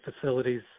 facilities